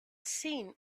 seen